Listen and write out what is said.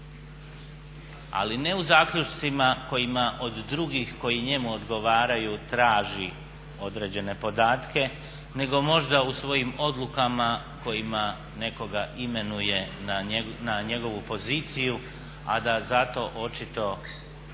ali ne u zaključcima kojima od drugih koji njemu odgovaraju traži određene podatke, nego možda u svojim odlukama kojima nekoga imenuje na njegovu poziciju a da zato očito